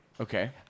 Okay